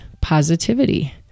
positivity